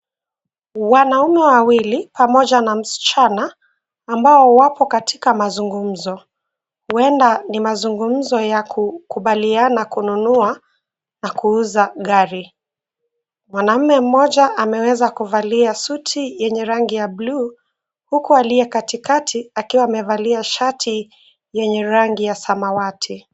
Wanaume wawili pamoja na msichana, ambao wapo katika mazungumzo, huenda ni mazungumzo ya kukubaliana kununua na kuuza gari. Mwanaume mmoja ameweza kuvalia suti yenye rangi ya blue , huku aliye katikati akiwa amevalia shati yenye rangi ya samawati.